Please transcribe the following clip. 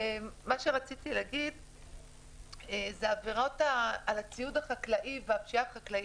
בעניין עבירות על הציוד החקלאי והפשיעה החקלאית,